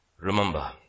Remember